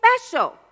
special